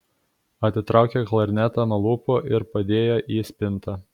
atitraukė klarnetą nuo lūpų ir padėjo į spintą